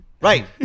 right